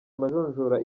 amajonjora